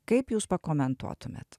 kaip jūs pakomentuotumėt